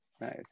Nice